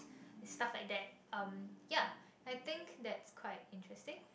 stuff like that um ya I think that's quite interesting